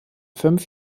fünf